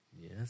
Yes